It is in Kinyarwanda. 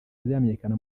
bizamenyekana